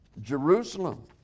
Jerusalem